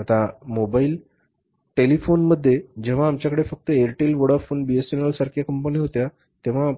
आता मोबाईल टेलिफोनिकमध्ये जेव्हा आमच्याकडे फक्त एअरटेल व्होडाफोन बीएसएनएल सारख्या कंपन्या होत्या तेव्हा